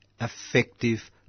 effective